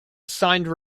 assigned